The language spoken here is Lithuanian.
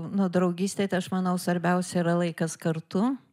nu draugystę tai aš manau svarbiausia yra laikas kartu